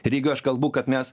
ir jeigu aš kalbu kad mes